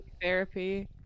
therapy